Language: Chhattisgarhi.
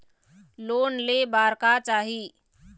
लोन ले बार का चाही?